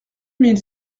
mille